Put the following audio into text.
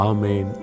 Amen